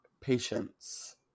patience